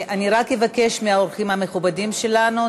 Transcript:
אני רק אבקש מהאורחים המכובדים שלנו,